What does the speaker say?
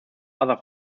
other